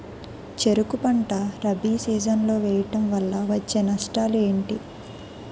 చెరుకు పంట రబీ సీజన్ లో వేయటం వల్ల వచ్చే నష్టాలు ఏంటి?